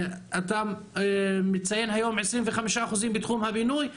אתה מציין היום 25% בתחום הבינוי.